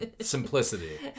Simplicity